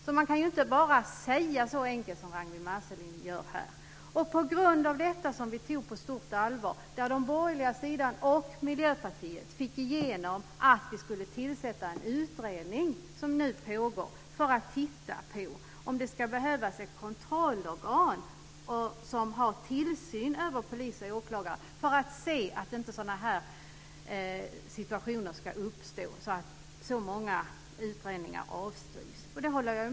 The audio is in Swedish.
Det är alltså inte så enkelt som Ragnwi Vi tog denna rapport på stort allvar, och den borgerliga sidan och Miljöpartiet fick till stånd en utredning som nu pågår. Den ska se över frågan om det behövs ett kontrollorgan som har tillsyn över polis och åklagare för att inte situationer liknande de som leder till att så många utredningar avskrivs ska uppstå.